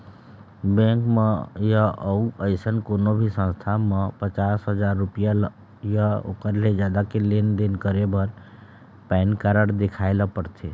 bank म य अउ अइसन कोनो भी संस्था म पचास हजाररूपिया य ओखर ले जादा के लेन देन करे बर पैन कारड देखाए ल परथे